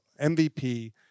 MVP